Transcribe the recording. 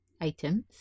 items